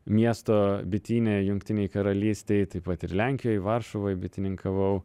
miesto bityne jungtinėj karalystėj taip pat ir lenkijoj varšuvoj bitininkavau